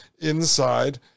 inside